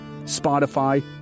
Spotify